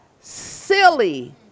silly